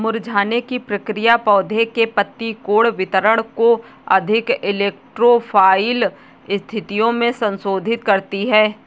मुरझाने की प्रक्रिया पौधे के पत्ती कोण वितरण को अधिक इलेक्ट्रो फाइल स्थितियो में संशोधित करती है